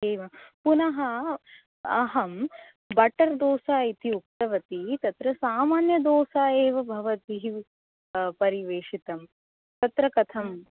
एवं पुनः अहं बटर् दोसा इति उक्तवती तत्र सामान्यदोसा एव भवद्भिः परिवेषितं तत्र कथम्